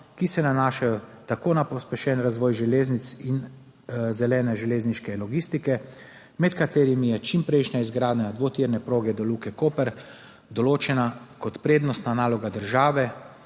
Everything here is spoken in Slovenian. ki se nanašajo tako na pospešen razvoj železnic in zelene železniške logistike, med katerimi je čimprejšnja izgradnja dvotirne proge do Luke Koper določena kot prednostna naloga države,